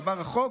עבר החוק.